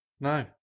No